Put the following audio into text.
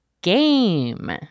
GAME